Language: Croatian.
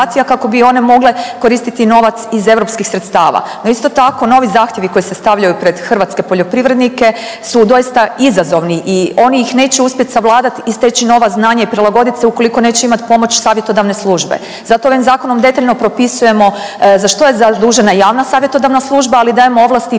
kako bi one mogle koristiti novac iz europskih sredstava. No isto tako novi zahtjevi koji se stavljaju pred hrvatske poljoprivrednike su doista izazovni i oni ih neće uspjet savladat i steći nova znanja i prilagodit se ukoliko neće imat pomoć savjetodavne službe. Zato ovim zakonom detaljno propisujemo za što je zadužena javna savjetodavna služba, ali dajemo ovlasti